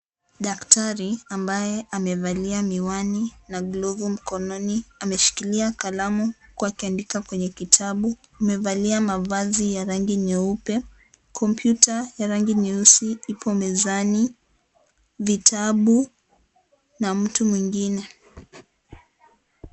Daktari ambaye amevalia miwani na glovu mkononi ameshikilia huku akiandika kwenye kitabu. Amevalia mavazi ya rangi nyeupe. Kompyuta ya rangi nyeusi ipo mezani , vitabu na mtu mwengine.